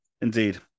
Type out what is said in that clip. Indeed